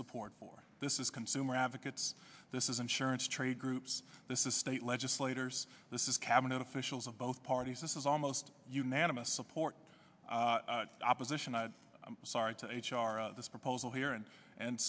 support for this is consumer advocates this is insurance trade groups this is state legislators this is cabinet officials of both parties this is almost unanimous support opposition sorry to h r this proposal here and and